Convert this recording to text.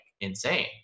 insane